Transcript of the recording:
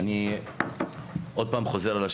אני עוד פעם חוזר על השאלה.